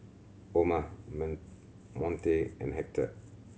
Oma Monte and Hector